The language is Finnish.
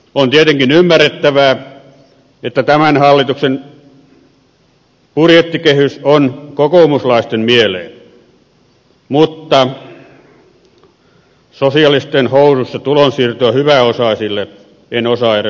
on tietenkin ymmärrettävää että tämän hallituksen budjettikehys on kokoomuslaisten mieleen mutta sosialistien housuissa tulonsiirtoa hyväosaisille en osaa edes kuvitella